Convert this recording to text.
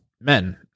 men